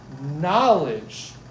knowledge